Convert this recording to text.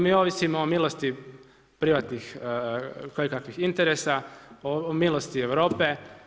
Mi ovisimo o milosti privatnih kojekakvih interesa, o milosti Europe.